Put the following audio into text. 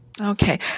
Okay